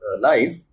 life